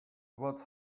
what